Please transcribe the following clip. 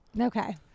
Okay